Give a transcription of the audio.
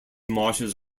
marshes